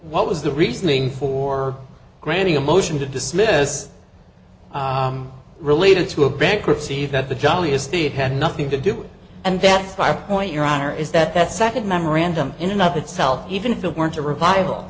what was the reasoning for granting a motion to dismiss related to a bankruptcy that the jolliest it had nothing to do and that five point your honor is that that second memorandum enough itself even if it weren't a revival